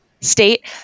State